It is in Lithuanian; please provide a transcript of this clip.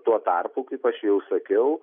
tuo tarpu kaip aš jau sakiau